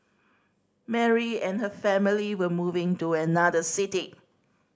Mary and her family were moving to another city